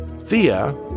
Thea